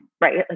right